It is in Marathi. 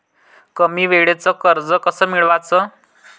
कमी वेळचं कर्ज कस मिळवाचं?